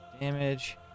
damage